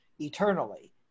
eternally